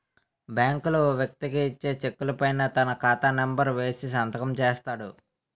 బ్యాంకులు వ్యక్తికి ఇచ్చే చెక్కుల పైన తన ఖాతా నెంబర్ వేసి సంతకం చేస్తాడు